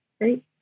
Great